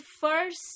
first